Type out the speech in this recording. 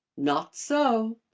not so.